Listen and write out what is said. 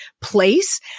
place